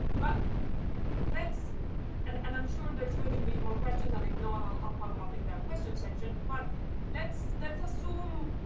but and and i'm sure there's going to be more questions. and if not, i'll ah follow up in the question section. but let's let's assume,